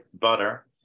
butter